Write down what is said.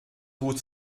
gut